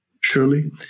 surely